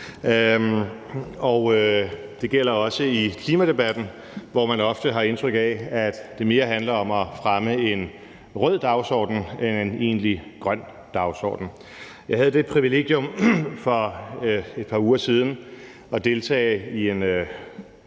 det gælder også i klimadebatten, hvor man ofte har indtryk af, at det mere handler om at fremme en rød dagsorden end en egentlig grøn dagsorden. Jeg havde for et par uger siden det